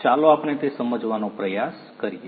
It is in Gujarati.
ચાલો આપણે તે સમજવાનો પ્રયાસ કરીએ